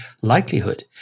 likelihood